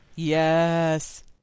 Yes